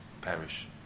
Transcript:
perish